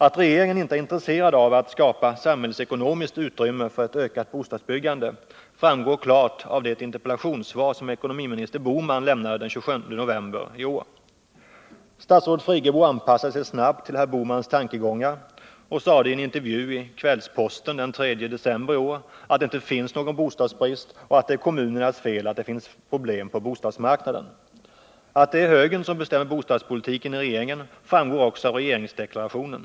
Att regeringen inte är intresserad av att skapa samhällsekonomiskt utrymme för ett ökat bostadsbyggande framgår klart av det interpellationssvar som ekonomiminister Bohman lämnade den 27 november i år. Statsrådet Friggebo anpassade sig snabbt till herr Bohmans tankegångar och sade i en intervju i Kvällsposten den 3 december att det inte finns någon bostadsbrist och att det är kommunernas fel att det finns problem på bostadsmarknaden. Att det är högern som bestämmer bostadspolitiken i regeringen framgår också av regeringsdeklarationen.